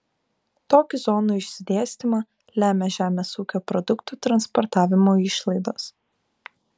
tokį zonų išsidėstymą lemia žemės ūkio produktų transportavimo išlaidos